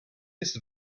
ist